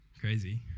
Crazy